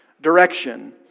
direction